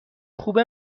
خوب